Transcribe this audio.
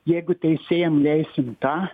jeigu teisėjam leisim tą